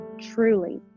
truly